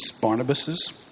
Barnabas's